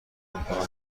امکانات